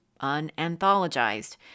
unanthologized